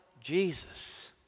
Jesus